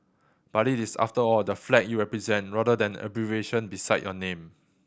but it is after all the flag you represent rather than abbreviation beside your name